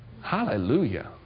Hallelujah